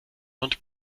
und